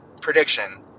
prediction